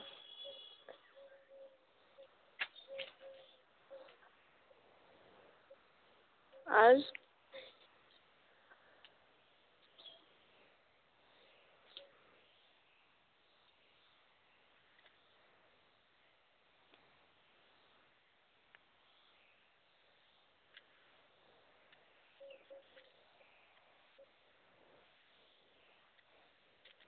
ᱟᱨ